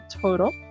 total